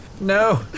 No